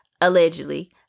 allegedly